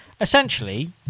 Essentially